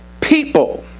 people